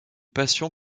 passions